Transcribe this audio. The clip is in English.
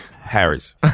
harrys